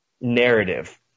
narrative